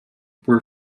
were